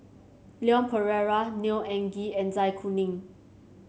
Leon Perera Neo Anngee and Zai Kuning